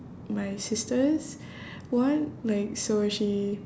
my sister's one like so she